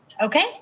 Okay